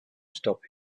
stop